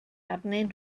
arnyn